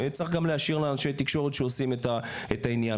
צריך גם להשאיר לאנשי תקשורת שעושים את העניין.